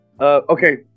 Okay